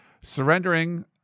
Surrendering